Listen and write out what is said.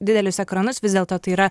didelius ekranus vis dėlto tai yra